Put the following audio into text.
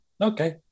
Okay